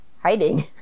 hiding